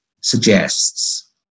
suggests